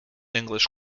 english